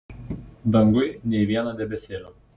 danguj nė vieno debesėlio